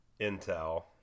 intel